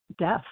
death